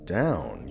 down